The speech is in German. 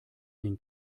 den